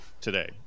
today